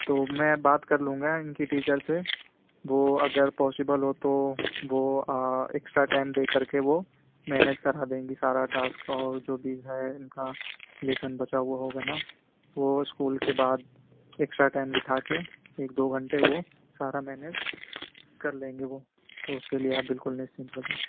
تو میں بات کر لوں گا ان کی ٹیچر سے وہ اگر پاسبل ہو تو وہ ایکسٹرا ٹائم دے کر کے وہ مینیج کرا دیں گی سارا ٹاسک اور جو بھی ہے ان کا لیسن بچا ہوا ہوگا نا وہ اسکول کے بعد ایکسٹرا ٹائم بٹھا کے ایک دو گھنٹے وہ سارا مینیج کر لیں گے وہ تو اس کے لیے آپ بالکل نشچنت ہو جائیں